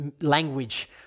language